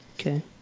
Okay